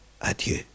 Adieu